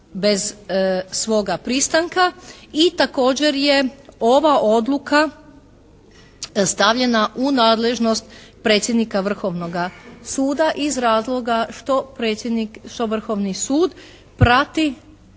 bez svoga pristanka i također je ova odluka stavljena u nadležnost predsjednika Vrhovnoga suda iz razloga što predsjednik,